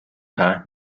پهن